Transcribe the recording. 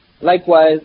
Likewise